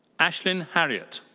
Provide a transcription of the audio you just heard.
ashlyn harriott.